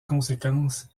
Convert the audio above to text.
conséquences